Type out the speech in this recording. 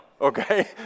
Okay